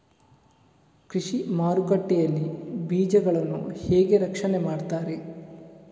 ಕೃಷಿ ಮಾರುಕಟ್ಟೆ ಯಲ್ಲಿ ಬೀಜಗಳನ್ನು ಹೇಗೆ ರಕ್ಷಣೆ ಮಾಡ್ತಾರೆ?